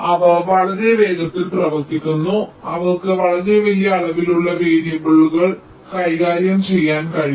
അവ വളരെ വേഗത്തിൽ പ്രവർത്തിക്കുന്നു അവർക്ക് വളരെ വലിയ അളവിലുള്ള വേരിയബിളുകൾ കൈകാര്യം ചെയ്യാൻ കഴിയും